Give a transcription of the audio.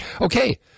Okay